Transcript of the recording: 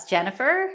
Jennifer